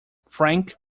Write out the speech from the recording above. frank